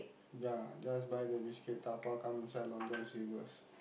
ya just buy the biscuit dabao come inside Long-John-Silvers